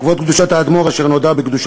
כבוד קדושת האדמו"ר מערלוי,